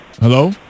Hello